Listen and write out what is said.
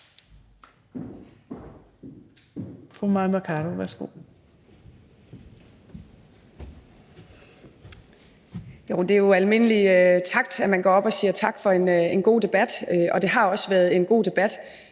Det er jo almindelig god takt og tone, at man går op og siger tak for en god debat. Det har også været en god debat,